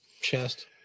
chest